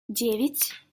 девять